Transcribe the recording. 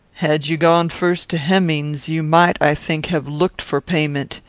had you gone first to hemmings, you might, i think, have looked for payment.